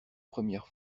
première